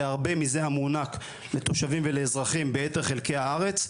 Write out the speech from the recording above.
בהרבה מזה המוענק לתושבים ולאזרחים ביתר חלקי הארץ,